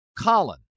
colin